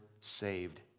saved